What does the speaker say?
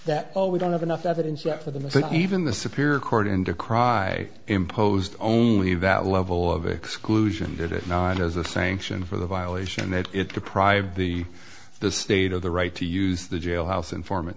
well we don't have enough evidence yet for the missing even the superior court and the cry imposed only that level of exclusion did it not as a sanction for the violation that it deprived the the state of the right to use the jailhouse informant